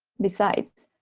besides,